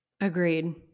Agreed